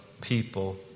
people